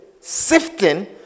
sifting